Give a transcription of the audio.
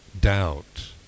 doubt